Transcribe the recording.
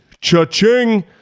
cha-ching